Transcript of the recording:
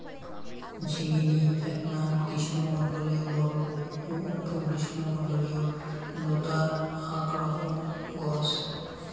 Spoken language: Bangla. ঝিঙ্গিনী এ্যাকনা গ্রীষ্মমণ্ডলীয় বর্গ ও উপ গ্রীষ্মমণ্ডলীয় নতার আক রকম গছ